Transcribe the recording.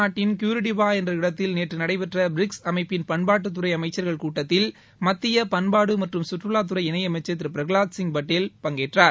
நாட்டின் க்யூரிடிபா என்ற இடத்தில் நேற்று நடைபெற்ற பிரிக்ஸ் அமைப்பின் பிரேசில் பண்பாட்டுத்தறை அமைச்சர்கள் கூட்டத்தில் மத்திய பண்பாடு மற்றும் கற்றுலாத்துறை இணையமைச்சர் திரு பிரகலாத்சிங் பட்டேல் பங்கேற்றார்